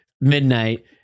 midnight